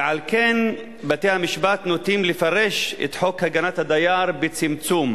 ועל כן בתי-המשפט נוטים לפרש את חוק הגנת הדייר בצמצום.